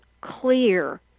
clear